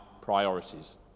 priorities